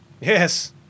Yes